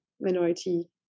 minority